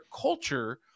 culture